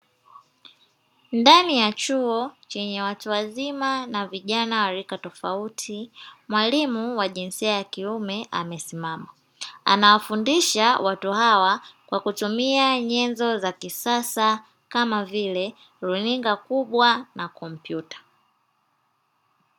Ndani ya chuo chenye watu wazima na vijana wa rika tofauti, mwalimu wa jinsia ya kiume, amesimama anawafundisha watu hawa, kwa kutumia nyenzo za kisasa kama vile runinga kubwa na kompyuta.